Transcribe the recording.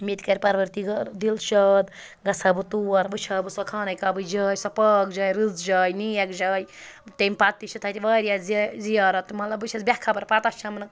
مےٚ تہِ کَرِ پَروَردِگار دِلشاد گژھٕ ہا بہٕ تور وٕچھ ہا بہٕ سۄ خانہ کعبٕچ جاے سۄ پاک جاے رٕژ جاے نیک جاے تمہِ پَتہٕ تہِ چھِ تَتہِ واریاہ زِ زِیارتہٕ مطلب بہٕ چھس بےخبر پَتہ چھَم نہٕ